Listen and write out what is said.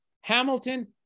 Hamilton